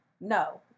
No